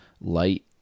light